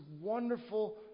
wonderful